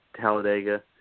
Talladega